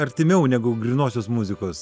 artimiau negu grynosios muzikos